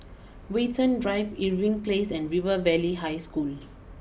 Watten Drive Irving place and River Valley High School